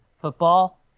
Football